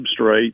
substrate